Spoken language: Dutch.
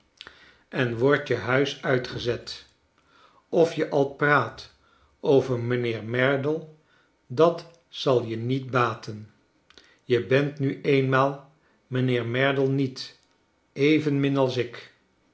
en wordt je huis uitgezet of je al praat over mijnheer merdle dat zal je niet baten je bent nu eenmaal mijnheer merdle niet evenmin als ik